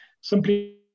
simply